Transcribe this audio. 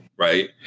Right